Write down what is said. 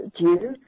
due